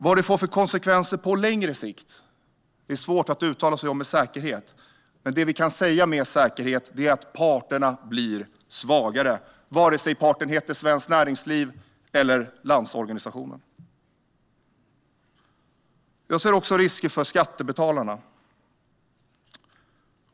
Vad det får för konsekvenser på längre sikt är svårt att uttala sig om med säkerhet. Men det vi kan säga med säkerhet är att parterna blir svagare, vare sig parten heter Svenskt Näringsliv eller Landsorganisationen. Jag ser också risker för skattebetalarna.